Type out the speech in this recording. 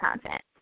content